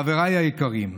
חברי היקרים,